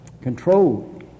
control